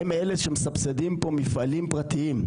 הם אלה שמסבסדים פה מפעלים פרטיים,